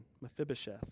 Mephibosheth